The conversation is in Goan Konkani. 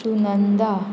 सुनंदा